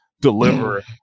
deliver